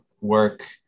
work